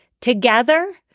Together